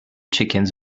chickens